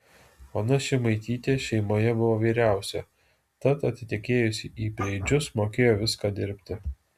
ona šimaitytė šeimoje buvo vyriausia tad atitekėjusi į preidžius mokėjo viską dirbti